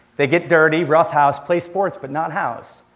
they get dirty, roughhouse, play sports, but not house.